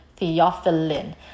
theophylline